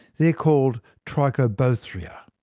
they're called trichobothria.